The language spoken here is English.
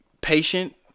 patient